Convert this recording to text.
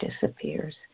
disappears